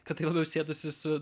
kad tai labiau sietųsi su